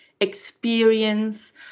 experience